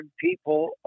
people